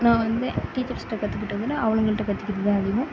நான் வந்து டீச்சர்ஸ்கிட்ட கற்றுக்கிட்டத விட அவளுங்கள்கிட்ட கற்றுக்கிட்டதுதான் அதிகம்